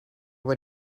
what